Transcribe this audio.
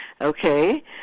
okay